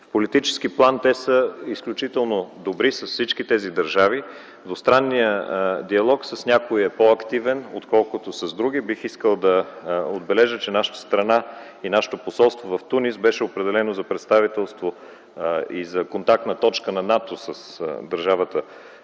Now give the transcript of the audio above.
В политически план те са изключително добри с всички тези държави. Двустранният диалог с някои е по-активен, отколкото с други. Бих искал да отбележа, че нашата страна и нашето посолство в Тунис беше определено за представителство и за контактна точка на НАТО с държавата